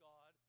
God